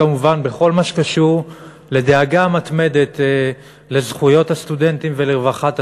כמובן בכל מה שקשור לדאגה מתמדת לזכויות הסטודנטים ולרווחת הסטודנטים,